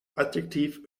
adjektiv